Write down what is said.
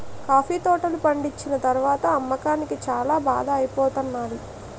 coffee తోటలు పండిచ్చిన తరవాత అమ్మకానికి చాల బాధ ఐపోతానేది